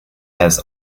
has